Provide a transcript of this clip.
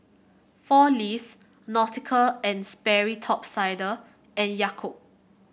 Four Leaves Nautica And Sperry Top Sider and Yakult